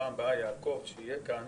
פעם הבאה יעקב שיהיה כאן